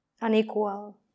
unequal